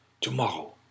Tomorrow